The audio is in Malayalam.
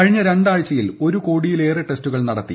കഴിഞ്ഞ രണ്ടാഴ്ചയിൽ ഒരു കോടിയിലേറെ ടെസ്റ്റുകൾ നടത്തി